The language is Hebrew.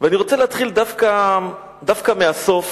אני רוצה להתחיל דווקא מהסוף,